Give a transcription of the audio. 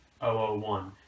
001